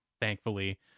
thankfully